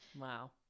Wow